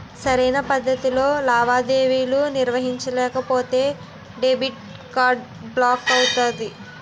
సరైన పద్ధతిలో లావాదేవీలు నిర్వహించకపోతే డెబిట్ కార్డ్ బ్లాక్ అవుతుంది